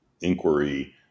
inquiry